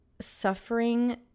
suffering